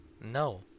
No